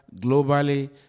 globally